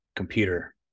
Computer